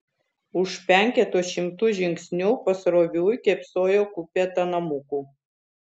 už penketo šimtų žingsnių pasroviui kėpsojo kupeta namukų